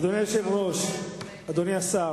אדוני היושב-ראש, אדוני השר,